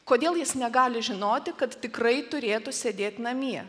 kodėl jis negali žinoti kad tikrai turėtų sėdėt namie